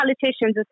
politicians